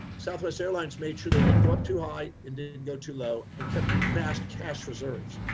southwest airlines made sure they didn't go up too high and didn't and go too low and kept vast cash reserves.